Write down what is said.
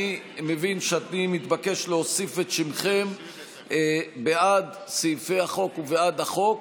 אני מבין שאני מתבקש להוסיף את שמכם בעד סעיפי החוק ובעד החוק,